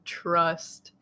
trust